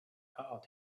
out